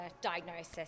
diagnosis